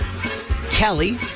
Kelly